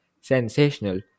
sensational